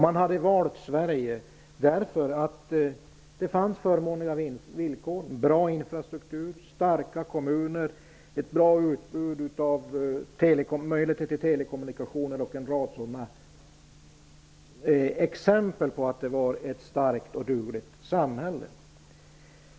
Man hade valt Sverige, därför att det här fanns förmånliga villkor, bra infrastruktur, starka kommuner, bra möjligheter till telekommunikationer och en rad andra bevis på ett starkt och dugligt samhälle.